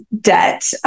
debt